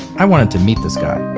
i wanted to meet this guy